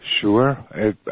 Sure